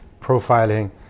profiling